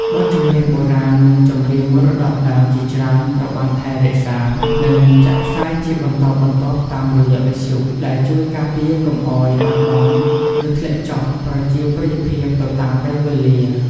បទចម្រៀងបុរាណ និងចម្រៀងមរតកដើមជាច្រើនត្រូវបានថែរក្សា និងចាក់ផ្សាយជាបន្តបន្ទាប់តាមរយៈវិទ្យុ ដែលជួយការពារកុំឲ្យបាត់បង់ ឬធ្លាក់ចុះប្រជាប្រិយភាពទៅតាមពេលវេលា។